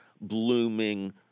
blooming